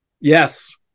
Yes